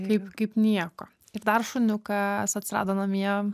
kaip kaip nieko ir dar šuniukas atsirado namie